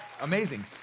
amazing